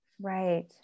Right